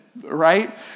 right